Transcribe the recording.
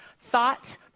thoughts